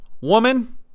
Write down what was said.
woman